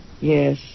Yes